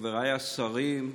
חבריי השרים,